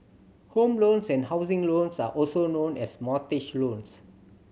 home loans and housing loans are also known as mortgage loans